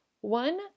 One